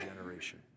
generation